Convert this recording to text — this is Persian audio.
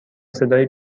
صدای